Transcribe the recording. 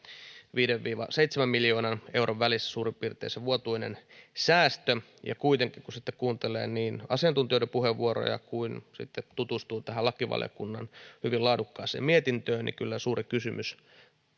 viiden ja seitsemän miljoonan euron välissä suurin piirtein se vuotuinen säästö ja kuitenkin kun sitten kuuntelee asiantuntijoiden puheenvuoroja ja tutustuu tähän lakivaliokunnan hyvin laadukkaaseen mietintöön niin kyllä suuri kysymys